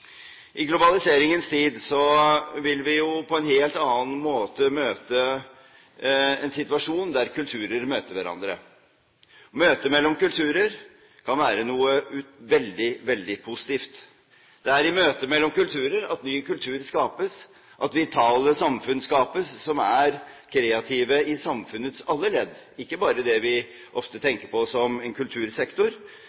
I globaliseringens tid vil vi på en helt annen måte få en situasjon der kulturer møter hverandre. Møter mellom kulturer kan være veldig positivt. Det er i møter mellom kulturer at ny kultur skapes, at vitale samfunn skapes, samfunn som er kreative i alle ledd, ikke bare i det vi ofte